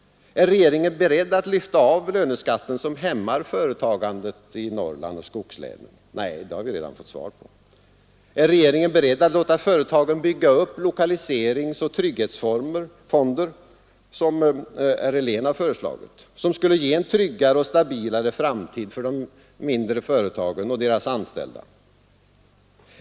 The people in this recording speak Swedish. Är regeringen beredd att lyfta av löneskatten, som hämmar företagandet i Norrland och skogslänen? Nej — det har vi redan fått svar på. Är regeringen beredd att låta företagen bygga upp lokaliseringsfonder och trygghetsfonder, som herr Helén har föreslagit och som ger en tryggare och stabilare framtid för de mindre företagen och deras anställda?